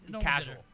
casual